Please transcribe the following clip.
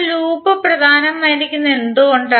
ഇപ്പോൾ ലൂപ്പ് പ്രധാനമായിരിക്കുന്നത് എന്തുകൊണ്ട്